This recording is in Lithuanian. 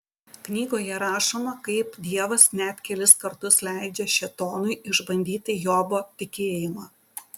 knygoje rašoma kaip dievas net kelis kartus leidžia šėtonui išbandyti jobo tikėjimą